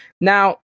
Now